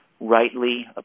rightly